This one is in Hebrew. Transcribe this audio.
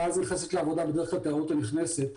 ואז נכנסת לעבודה בדרך כלל התיירות הנכנסת.